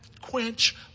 quench